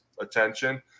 attention